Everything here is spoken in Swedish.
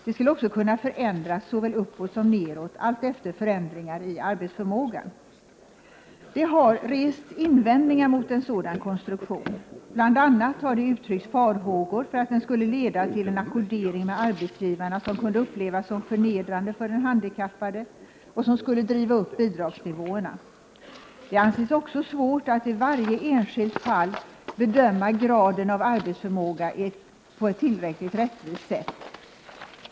Det skulle också kunna förändras såväl uppåt som neråt alltefter förändringar i arbetsförmågan. Det har rests invändningar mot en sådan konstruktion. Bl.a. har det uttryckts farhågor för att den skulle leda till en ackordering med arbetsgivarna som kunde upplevas som förnedrande för den handikappade och som skulle kunna driva upp bidragsnivåerna. Det anses också svårt att i varje enskilt fall bedöma graden av arbetsförmåga på ett tillräckligt rättvist sätt.